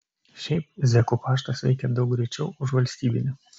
šiaip zekų paštas veikia daug greičiau už valstybinį